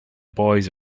boys